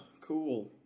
Cool